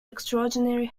extraordinary